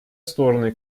стороны